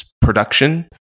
production